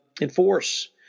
enforce